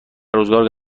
روزگار